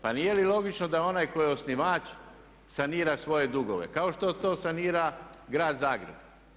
Pa nije li logično da onaj tko je osnivač sanira svoje dugove kao što to sanira Grad Zagreb?